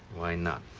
why not?